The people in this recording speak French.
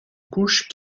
couche